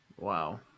Wow